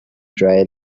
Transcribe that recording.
trial